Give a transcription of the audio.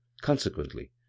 Consequently